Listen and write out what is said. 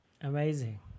Amazing